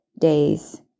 days